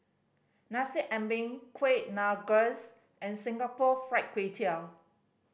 Nasi Ambeng Kuih Rengas and Singapore Fried Kway Tiao